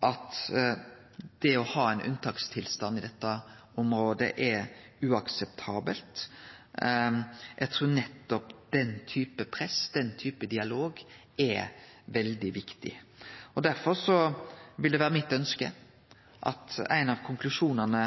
at det å ha ein unntakstilstand i dette området er uakseptabelt. Eg trur at nettopp den typen press og den typen dialog er veldig viktig. Derfor vil det vere mitt ønske at ein av konklusjonane